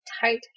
tight